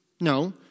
No